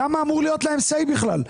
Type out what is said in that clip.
למה אמור להיות להם Say בכלל?